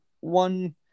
One